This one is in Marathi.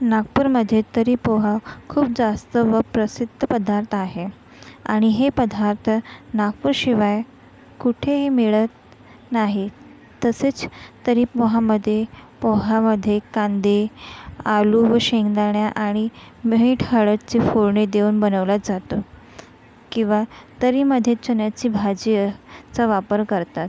नागपूरमध्ये तर्री पोहा खूप जास्त व प्रसिद्ध पदार्थ आहे आणि हे पदार्थ नागपूरशिवाय कुठेही मिळत नाहीत तसेच तर्री पोहामध्ये पोहामध्ये कांदे आलू व शेंगदाण्या आणि मीठ हळदची फोडणी देऊन बनवला जातो किंवा तर्रीमध्ये चण्याची भाजी अ चा वापर करतात